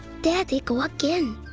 there they go again!